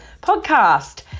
podcast